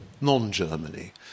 non-Germany